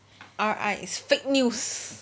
R_I is fake news